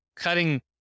Cutting